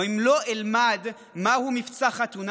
או אם לא אלמד מהו "מבצע חתונה",